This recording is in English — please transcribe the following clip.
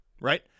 Right